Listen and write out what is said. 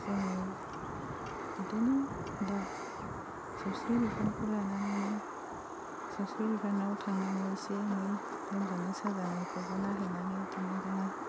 जोङो इदिनो दा सावस्रि बिफानखौ लानानैनो सावस्रि बिफानाव थांनानै एसे एनै लोमजानाय साजानायखौबो नायहैनानै इदिनो दा